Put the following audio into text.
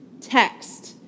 text